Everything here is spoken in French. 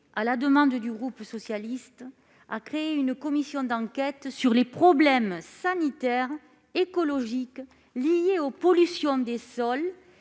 à la demande du groupe socialiste, a créé une commission d'enquête sur les problèmes sanitaires et écologiques liés aux pollutions des sols